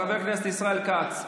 חבר הכנסת ישראל כץ,